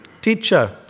Teacher